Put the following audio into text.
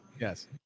Yes